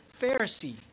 Pharisee